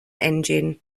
engine